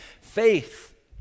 faith